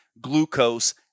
glucose